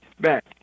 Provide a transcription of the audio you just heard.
back